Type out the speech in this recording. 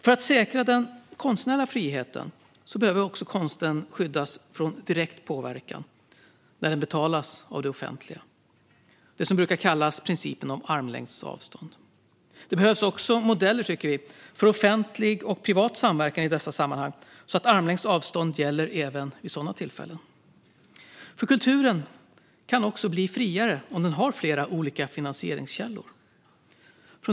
För att säkra den konstnärliga friheten behöver konsten skyddas från direkt påverkan när den betalas av det offentliga, det som brukar kallas principen om armlängds avstånd. Det behövs också modeller för offentlig och privat samverkan i dessa sammanhang så att armlängds avstånd gäller även vid sådana tillfällen. Kulturen kan också bli friare om den har flera olika finansieringskällor.